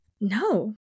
no